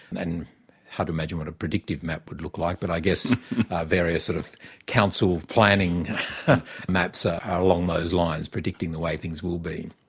and hard to imagine what a predictive map would look like, but i guess various sort of council planning maps ah are along those lines, predicting the ways things will be.